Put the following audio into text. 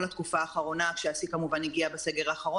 והספקים שלהם כבר לא ייתנו להם אשראי והצ'קים יתחילו לחזור,